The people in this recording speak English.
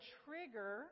trigger